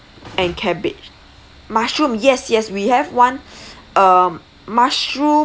and cabbage mushroom yes yes we have one um mushroom